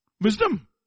Wisdom